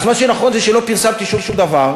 אז מה שנכון זה שלא פרסמתי שום דבר.